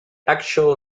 actual